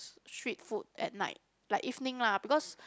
street food at night like evening lah because